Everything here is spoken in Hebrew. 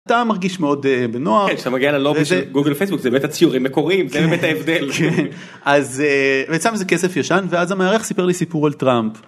אתה מרגיש מאוד בנוח... כן, כשאתה מגיע ללוגו של גוגל פייסבוק זה בטח ציורים מקוריים זה באמת ההבדל. כן, כן, אז נוצר איזה כסף ישן ואז המארח סיפר לי סיפור על טראמפ.